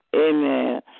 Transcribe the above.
Amen